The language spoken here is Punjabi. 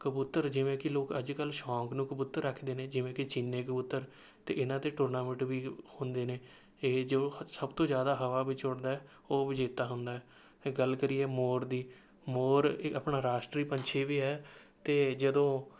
ਕਬੂਤਰ ਜਿਵੇਂ ਕਿ ਲੋਕ ਅੱਜ ਕੱਲ੍ਹ ਸ਼ੌਂਕ ਨੂੰ ਕਬੂਤਰ ਰੱਖਦੇ ਨੇ ਜਿਵੇਂ ਕਿ ਚੀਨੇ ਕਬੂਤਰ ਅਤੇ ਇਹਨਾਂ 'ਤੇ ਟੂਰਨਾਮੈਂਟ ਵੀ ਹੁੰਦੇ ਨੇ ਇਹ ਜੋ ਸਭ ਤੋਂ ਜ਼ਿਆਦਾ ਹਵਾ ਵਿੱਚ ਉੱਡਦਾ ਹੈ ਉਹ ਵਿਜੇਤਾ ਹੁੰਦਾ ਹੈ ਜੇ ਗੱਲ ਕਰੀਏ ਮੋਰ ਦੀ ਮੋਰ ਇ ਆਪਣਾ ਰਾਸ਼ਟਰੀ ਪੰਛੀ ਵੀ ਹੈ ਅਤੇ ਜਦੋਂ